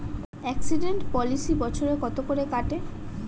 Accident policy বছরে কত করে কাটে?